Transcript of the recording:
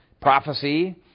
prophecy